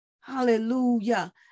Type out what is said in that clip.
hallelujah